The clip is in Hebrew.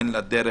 אין לה דרך,